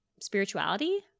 spirituality